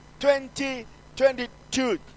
2022